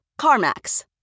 CarMax